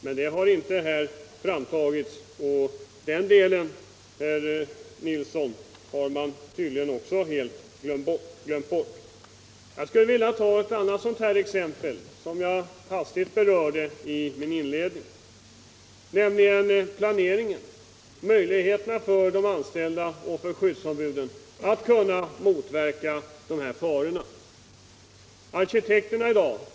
Men detta har inte här framtagits, och den delen, Kjell Nilsson, har ni tydligen också helt glömt bort. Jag skulle vilja ta ett annat sådant exempel som jag hastigt berörde i min inledning. Det gäller planeringen, möjligheterna för de anställda och för skyddsombuden att motverka dessa faror som det här gäller.